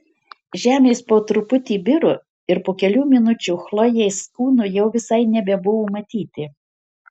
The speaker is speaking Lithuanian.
žemės po truputį biro ir po kelių minučių chlojės kūno jau visai nebebuvo matyti